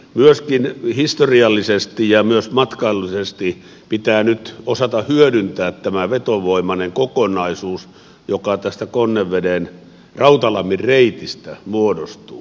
myöskin historiallisesti ja myös matkailullisesti pitää nyt osata hyödyntää tämä vetovoimainen kokonaisuus joka tästä konneveden rautalammin reitistä muodostuu